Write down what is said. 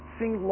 sing